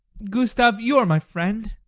gustav, you are my friend.